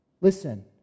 Listen